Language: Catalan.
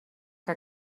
que